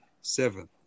seven